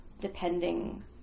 depending